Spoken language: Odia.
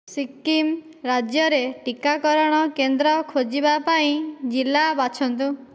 ସିକିମ୍ ରାଜ୍ୟରେ ଟିକାକରଣ କେନ୍ଦ୍ର ଖୋଜିବା ପାଇଁ ଜିଲ୍ଲା ବାଛନ୍ତୁ